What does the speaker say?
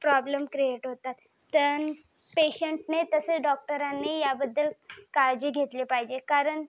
problem create होतात त्या पेशंटने तसेच डॉक्टरांनी ह्याबद्दल काळजी घेतली पाहिजे कारण